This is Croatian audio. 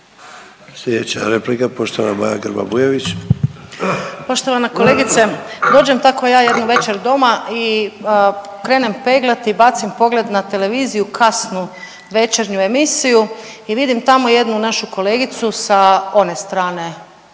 Slijedeća replika poštovana Maja Grba Bujević. **Grba-Bujević, Maja (HDZ)** Poštovana kolegice, dođem tako ja jednu večer doma i krenem peglati i bacim pogled na televiziju kasnu večernju emisiju i vidim tamo jednu našu kolegicu sa one strane